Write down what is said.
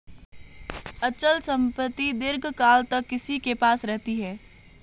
अचल संपत्ति दीर्घकाल तक किसी के पास रहती है